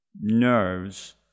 nerves